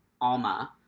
Alma